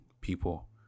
people